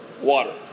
water